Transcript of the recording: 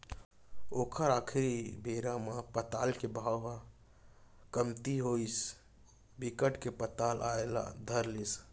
ओखर आखरी बेरा म पताल के भाव ह कमती होगिस बिकट के पताल आए ल धर लिस